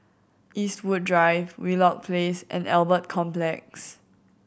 Eastwood Drive Wheelock Place and Albert Complex